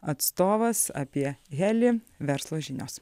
atstovas apie helį verslo žinios